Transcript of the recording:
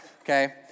Okay